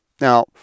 Now